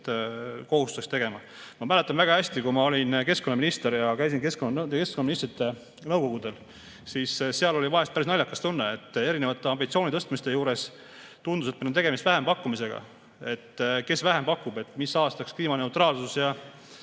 kohustuseks tegema. Ma mäletan väga hästi, kui ma olin keskkonnaminister ja käisin keskkonnaministrite nõukogudel, siis seal oli vahest päris naljakas tunne. Erinevate ambitsiooni tõstmiste juures tundus, et meil on tegemist vähempakkumisega: kes vähem pakub, mis aastaks kliimaneutraalsus. Ja